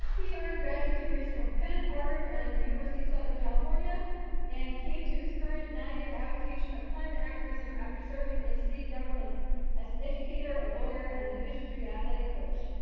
earned graduate degrees from penn, harvard and the university of southern california and came to his current nine year advocation of climate activism after serving in state government as an educator, a lawyer and a division three athletic coach.